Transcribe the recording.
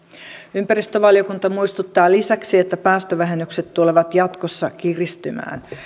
ympäristövaliokunta muistuttaa lisäksi että päästövähennykset tulevat jatkossa kiristymään